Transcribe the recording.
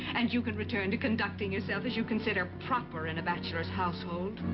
and you can return to conducting yourself. as you consider proper in a bachelor's household.